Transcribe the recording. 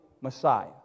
Messiah